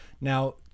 Now